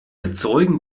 erzeugen